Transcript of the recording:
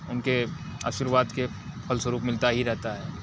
उनके आर्शीर्वाद के फलस्वरूप मिलता ही रहता है